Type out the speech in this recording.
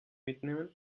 mitnehmen